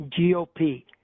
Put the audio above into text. GOP